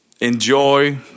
enjoy